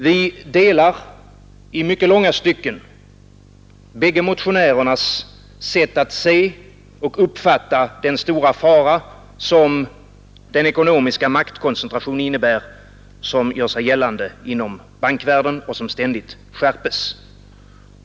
Vi delar i mycket långa stycken bägge motionärernas sätt att se och uppfatta den stora fara som den ekonomiska maktkoncentrationen inom bankvärlden innebär och som ständigt skärps.